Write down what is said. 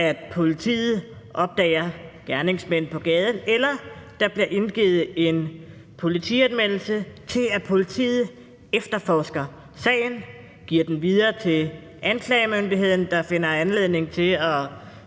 fra politiet opdager gerningsmænd på gaden, eller fra der bliver indgivet en politianmeldelse, til at politiet efterforsker sagen, giver den videre til anklagemyndigheden, der finder anledning til at